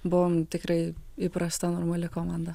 buvom tikrai įprasta normali komanda